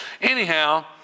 Anyhow